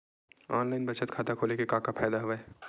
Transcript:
online बचत खाता खोले के का का फ़ायदा हवय